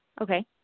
Okay